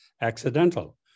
accidental